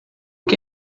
que